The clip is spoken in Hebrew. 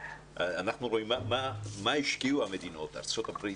אנחנו רואים מה השקיעו המדינות: ארצות הברית,